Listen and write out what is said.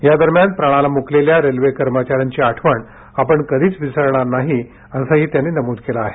या दरम्यान प्राणाला मुकलेल्या रेल्वे कर्मचाऱ्याची आठवण आपण कधीच विसरणार नाही असही त्यांनी नमूद केलं आहे